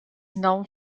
known